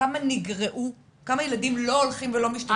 כמה ילדים לא הולכים ולא משתתפים בתוכנית?